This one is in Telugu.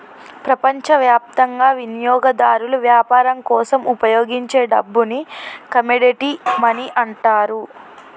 ప్రపంచవ్యాప్తంగా వినియోగదారులు వ్యాపారం కోసం ఉపయోగించే డబ్బుని కమోడిటీ మనీ అంటారు